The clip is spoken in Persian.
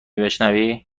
بشنوی